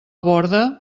borda